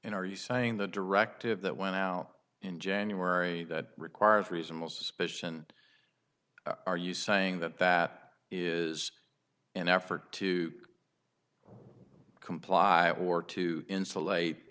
and are you saying the directive that when now in january that requires reasonable suspicion are you saying that that is an effort to comply or to insulate